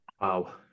Wow